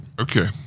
Okay